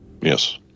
Yes